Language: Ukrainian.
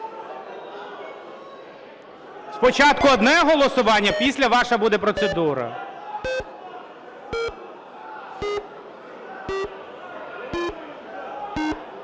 Спочатку одне голосування. Після ваша буде процедура.